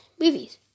movies